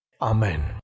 Amen